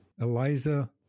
Eliza